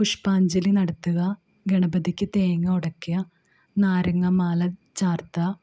പുഷ്പാഞ്ജലി നടത്തുക ഗണപതിക്ക് തേങ്ങ ഉടയ്ക്കുക നാരങ്ങാമാല ചാർത്തുക